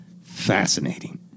Fascinating